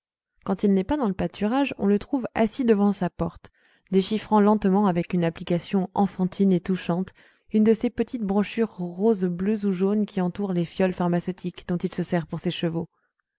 quand il n'est pas dans le pâturage on le trouve assis devant sa porte déchiffrant lentement avec une application enfantine et touchante une de ces petites brochures roses bleues ou jaunes qui entourent les fioles pharmaceutiques dont il se sert pour ses chevaux